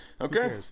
Okay